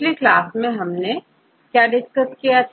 पिछली क्लास में हमने क्या डिस्कस किया था